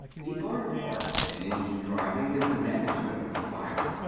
the art of arts in engine-driving is the management of the fire.